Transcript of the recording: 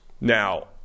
Now